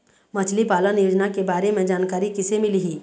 मछली पालन योजना के बारे म जानकारी किसे मिलही?